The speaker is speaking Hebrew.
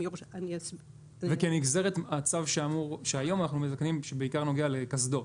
זאת נגזרת מהצו שהיום אנחנו מתקנים שבעיקר נוגע לקסדות.